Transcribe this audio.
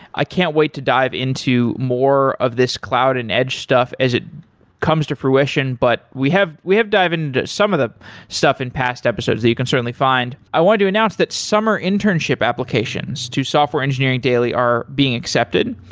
i can't wait to dive into more of these cloud and edge stuff as it comes to fruition, but we have we have dive into some of the stuff in past episodes that you can certainly find i wanted to announce that summer internship applications to software engineering daily are being accepted.